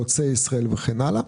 חוצה ישראל וכן הלאה.